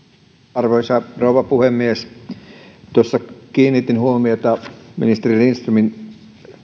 arvoisa rouva puhemies tuossa kiinnitin huomiota ministeri lindströmin